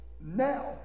Now